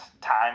time